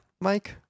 Mike